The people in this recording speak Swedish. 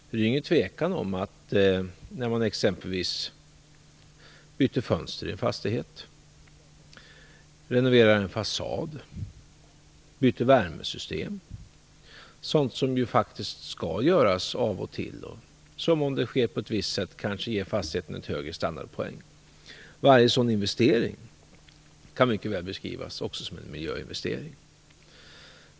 Det är inget tvivel om att när man exempelvis byter fönster i en fastighet, renoverar en fasad och byter värmesystem - sådant som faktiskt skall göras av och till - och, som om det sker på ett visst sätt, kanske ger fastigheten högre standardpoäng, så kan varje sådan investering mycket väl beskrivas också som en miljöinvestering.